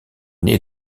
née